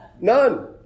None